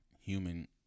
human